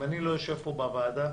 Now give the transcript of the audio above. אילולא ישבתי פה בוועדה,